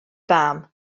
fam